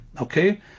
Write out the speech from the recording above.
Okay